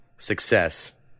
Success